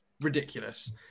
Ridiculous